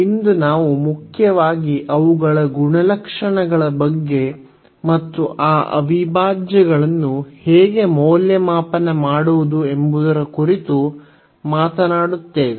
ಇಂದು ನಾವು ಮುಖ್ಯವಾಗಿ ಅವುಗಳ ಗುಣಲಕ್ಷಣಗಳ ಬಗ್ಗೆ ಮತ್ತು ಆ ಅವಿಭಾಜ್ಯಗಳನ್ನು ಹೇಗೆ ಮೌಲ್ಯಮಾಪನ ಮಾಡುವುದು ಎಂಬುದರ ಕುರಿತು ಮಾತನಾಡುತ್ತೇವೆ